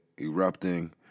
erupting